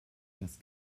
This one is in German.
das